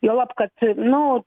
juolab kad nu